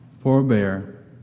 forbear